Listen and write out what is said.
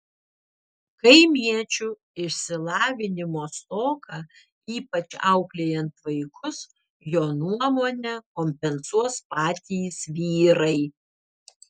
kaimiečių išsilavinimo stoką ypač auklėjant vaikus jo nuomone kompensuos patys vyrai